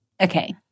Okay